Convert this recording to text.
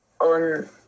on